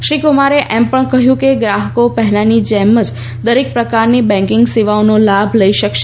શ્રી કુમારે એમ પણ કહયું કે ગ્રાહકો પહેલાની જેમજ દરેક પ્રકારની બેન્કીંગ સેવાઓનો લાભ લઇ શકશે